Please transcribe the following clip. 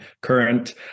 current